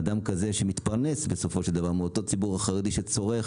אדם כזה שמתפרנס בסופו של דבר מהציבור החרדי שצורך